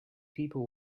people